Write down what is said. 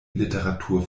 literatur